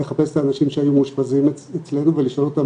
לחפש את האנשים שהיו מאושפזים אצלנו ולשאול אותם